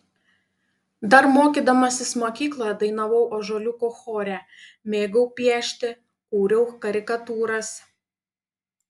dar mokydamasis mokykloje dainavau ąžuoliuko chore mėgau piešti kūriau karikatūras